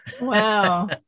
Wow